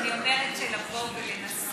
אני אומרת שלנסות